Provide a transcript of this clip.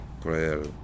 prayer